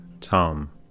Tom